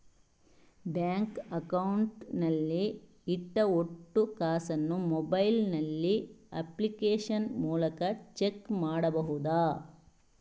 Bank account ನಲ್ಲಿ ಇಟ್ಟ ಒಟ್ಟು ಕಾಸನ್ನು ಮೊಬೈಲ್ ನಲ್ಲಿ ಅಪ್ಲಿಕೇಶನ್ ಮೂಲಕ ಚೆಕ್ ಮಾಡಬಹುದಾ?